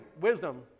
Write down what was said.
wisdom